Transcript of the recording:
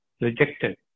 rejected